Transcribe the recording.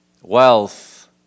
wealth